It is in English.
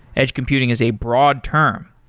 edge computing is a broad term.